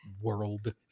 world